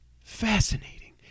fascinating